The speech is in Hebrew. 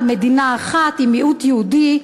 על מדינה אחת עם מיעוט יהודי,